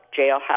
jailhouse